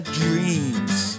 dreams